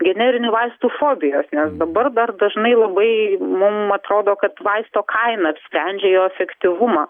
generinių vaistų fobijos nes dabar dar dažnai labai mum atrodo kad vaisto kaina apsprendžia jo efektyvumą